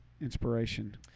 inspiration